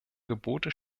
gebote